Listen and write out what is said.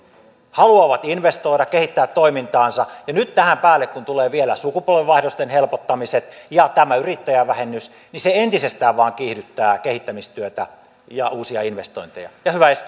haluavat investoida kehittää toimintaansa ja nyt tähän päälle kun tulee vielä sukupolvenvaihdosten helpottamiset ja tämä yrittäjävähennys niin se entisestään vain kiihdyttää kehittämistyötä ja uusia investointeja ja hyvä